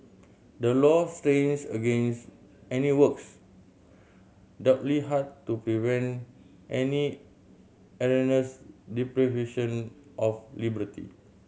the law strains against any works doubly hard to prevent any erroneous deprivation of liberty